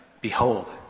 Behold